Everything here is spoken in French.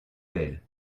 belle